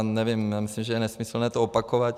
Nevím, myslím, že je nesmyslné to opakovat.